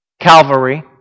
calvary